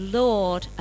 lord